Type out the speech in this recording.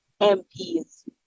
mps